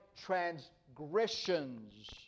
transgressions